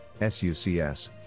SUCS